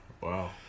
Wow